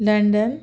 London